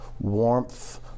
warmth